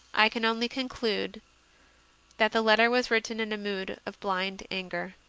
i can only conclude that the letter was written in a mood of blind anger.